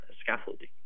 scaffolding